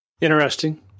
Interesting